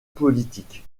politiques